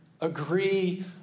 agree